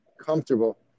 comfortable